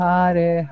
Hare